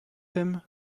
him